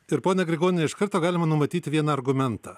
ir ponia grigoniene iš karto galima numatyti vieną argumentą